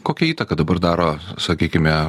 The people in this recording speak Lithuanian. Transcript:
kokią įtaką dabar daro sakykime